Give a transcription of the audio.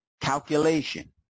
calculation